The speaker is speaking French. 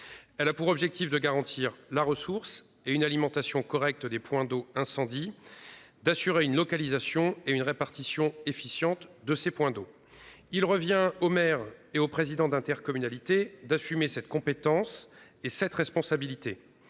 Elle a pour objectif de garantir la ressource et une alimentation correcte, des points d'eau incendie d'assurer une localisation et une répartition efficiente de ces points d'eau. Il revient aux maires et aux présidents d'intercommunalités d'assumer cette compétence et cette responsabilité